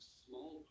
small